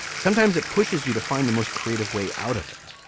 sometimes it pushes you to find the most creative way out of it